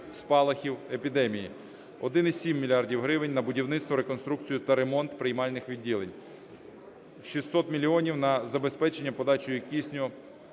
спалахів епідемії, 1,7 мільярда гривень - на будівництво, реконструкцію та ремонт приймальних відділень, 600 мільйонів - на забезпечення подачі кисню